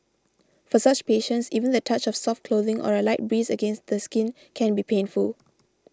for such patients even the touch of soft clothing or a light breeze against the skin can be painful